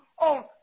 on